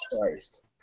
Christ